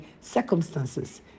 circumstances